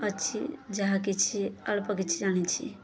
ଅଛି ଯାହା କିଛି ଅଳ୍ପ କିଛି ଜାଣିଛି